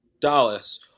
Dallas